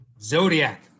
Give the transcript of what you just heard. Zodiac